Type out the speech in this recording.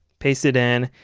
paste it in,